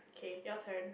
okay your turn